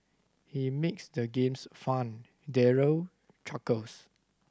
he makes the games fun Daryl chuckles